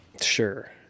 Sure